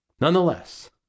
Nonetheless